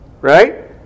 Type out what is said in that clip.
Right